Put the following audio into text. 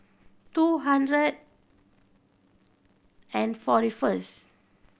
two hundred and forty first